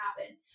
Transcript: happen